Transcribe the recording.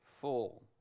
full